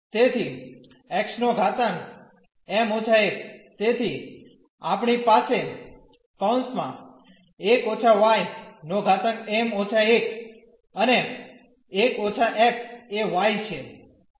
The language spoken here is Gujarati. તેથી xm−1 તેથી આપણી પાસે 1− ym−1 અને 1 ઓછા x એ y છે